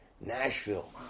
Nashville